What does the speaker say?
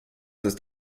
ist